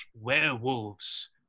werewolves